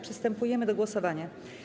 Przystępujemy do głosowania.